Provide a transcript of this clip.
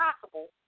possible